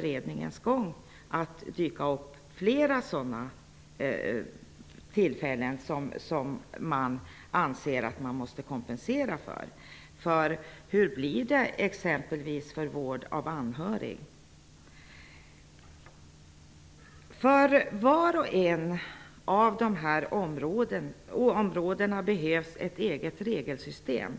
det säkert att dyka upp flera omständigheter som man anser måste kompenseras. Hur blir det t.ex. med vård av anhörig? För vart och ett av de här områdena behövs ett eget regelsystem.